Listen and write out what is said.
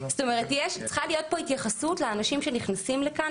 צריכה להיות פה התייחסות לאנשים שנכנסים לכאן.